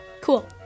Cool